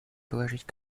положить